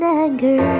anger